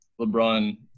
LeBron